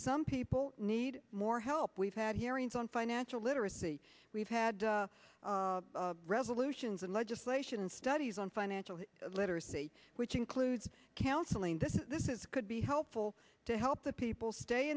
some people need more help we've had hearings on financial literacy we've had revolutions and legislation studies on financial literacy which includes counseling this is this is could be helpful to help the people stay